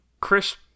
Chris